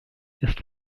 ist